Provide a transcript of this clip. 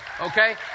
Okay